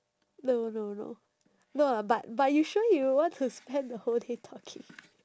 no no no no lah but but you sure you want to spend the whole day talking